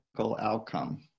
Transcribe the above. outcome